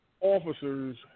officers